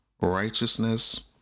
righteousness